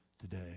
today